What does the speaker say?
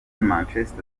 manchester